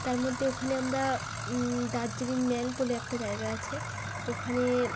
তার মধ্যে ওখানে আমরা দার্জিলিং ম্যাল বলে একটা জায়গা আছে ওখানে